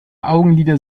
augenlider